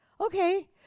Okay